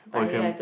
or you can